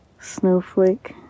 snowflake